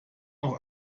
noch